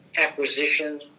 acquisition